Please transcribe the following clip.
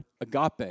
agape